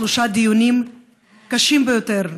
שלושה דיונים קשים ביותר,